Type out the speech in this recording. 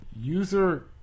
User